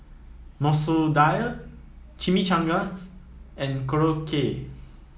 Masoor Dal Chimichangas and Korokke